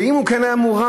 ואם הוא כן היה מעורב,